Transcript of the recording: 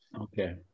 Okay